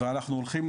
אנחנו הולכים